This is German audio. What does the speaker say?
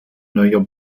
neuer